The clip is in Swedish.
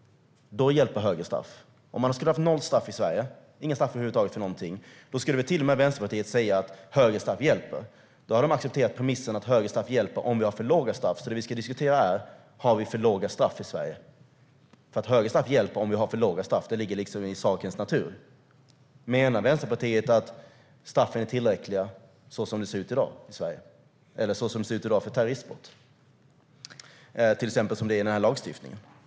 Om man inte skulle ha några straff över huvud taget i Sverige skulle väl till och med Vänsterpartiet säga att högre straff hjälper. Då hade de accepterat premissen att högre straff hjälper om vi har för låga straff. Det vi ska diskutera är: Har vi för låga straff i Sverige? Högre straff hjälper om vi har för låga straff. Det ligger liksom i sakens natur. Menar Vänsterpartiet att straffen är tillräckliga så som det ser ut i dag i Sverige eller så som det ser ut i dag för terroristbrott, till exempel som det är i den här lagstiftningen?